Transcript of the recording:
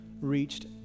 reached